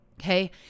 Okay